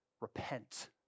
repent